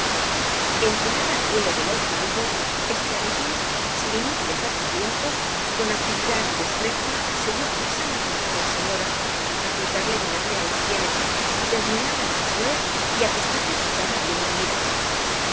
enterada al vuelo de lo ocurrido esclavitud sin inútiles aspavientos con actividad y destreza se dió prisa en aflojar á la señora aplicarle vinagre á las sienes desnudarla después y acostarla en su cama bien mullida